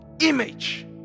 image